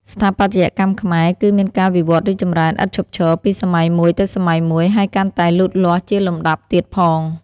ស្ថាបត្យកម្មខ្មែរ គឺ មានការវិវត្តរីកចម្រើន ឥតឈប់ឈរ ពី សម័យមួយទៅសម័យមួយ ហើយកាន់តែលូតលាស់ជាលំដាប់ទៀតផង ។